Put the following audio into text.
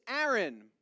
Aaron